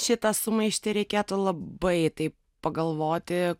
šitą sumaištį reikėtų labai taip pagalvoti